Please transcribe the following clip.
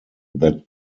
that